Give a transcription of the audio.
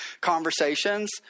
conversations